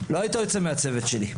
לא היית יוצא מהצוות שלי.